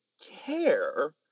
care